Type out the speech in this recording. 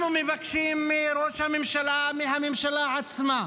אנחנו מבקשים מראש הממשלה, מהממשלה עצמה,